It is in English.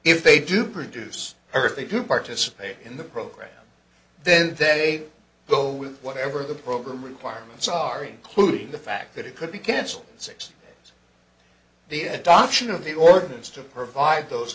if they do produce or if they do participate in the program then they go with whatever the program requirements are including the fact that it could be canceled the adoption of the ordinance to provide those